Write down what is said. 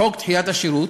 "חוק דחיית השירות